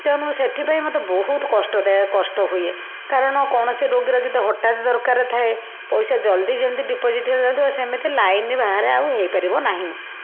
ତେଣୁ ସେଥିପାଇଁ ମୋତେ ବହୁତ କଷ୍ଟଦାୟକ କଷ୍ଟ ହୁଏ କାରଣ କୌଣସି ରୋଗୀର ଯଦି ହଠାତ ଦରକାର ଥାଏ ପଇସା ଜଲ୍ଦି ଜଲ୍ଦି ଡ଼ିପୋଜିଟ୍ ହେଇନଥିବ ସେମିତି ଲାଇନ୍ ବାହାରେ ଆଉ ହେଇପାରିବ ନାହିଁ